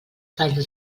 talls